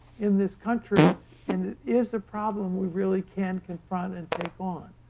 in this country and it is a problem we really can confront and take on.